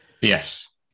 yes